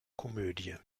komödie